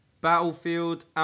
Battlefield